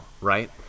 right